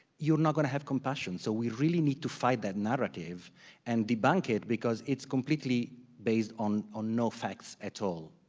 you're not gonna have compassion, so we really need to fight that narrative and debunk it because it's completely based on on no facts at all.